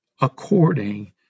according